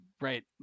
right